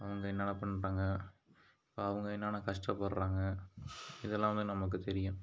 அவங்க என்னலாம் பண்ணுறாங்க இப்போ அவங்க என்னன்ன கஷ்டப்படுறாங்க இது எல்லாம் நமக்கு தெரியும்